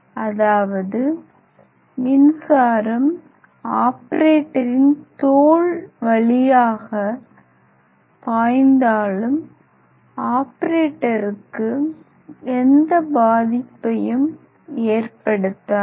அதாவது மின்சாரம் ஆபரேட்டரின் தோல் வழியாக பாய்ந்தாலும் ஆபரேட்டருக்கு எந்த பாதிப்பையும் ஏற்படுத்தாது